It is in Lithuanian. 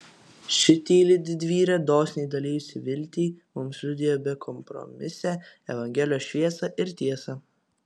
ši tyli didvyrė dosniai dalijusi viltį mums liudija bekompromisę evangelijos šviesą ir tiesą